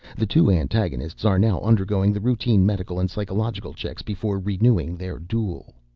the two antagonists are now undergoing the routine medical and psychological checks before renewing their duel.